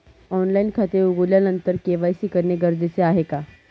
Online खाते उघडल्यानंतर KYC करणे गरजेचे आहे का?